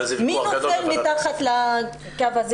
מי נופל מתחת לקו הזה?